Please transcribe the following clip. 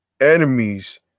Enemies